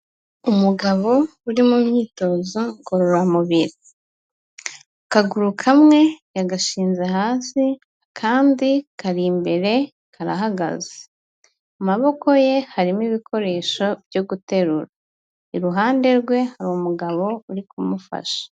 Umugabo uri mu myitozo ngororamubiri akaguru kamwe yagashinze hasi akandi kari imbere karahagaze amaboko ye harimo ibikoresho byo guterura iruhande rwe hari umugabo uri kumufasha.